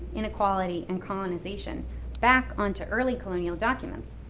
inequality, and colonization back onto early colonial documents,